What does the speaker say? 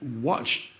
watch